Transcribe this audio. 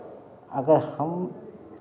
अगर हम